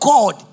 God